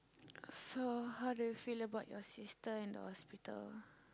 so how do you feel about your sister in the hospital